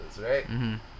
right